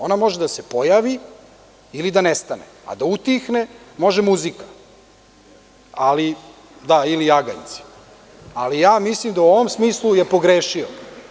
Ona može da se pojavi ili da nestane, ali da utihne može muzika ili jaganjci, ali ja mislim da je u ovom smislu pogrešio.